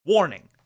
Warning